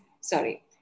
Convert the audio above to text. sorry